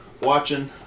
watching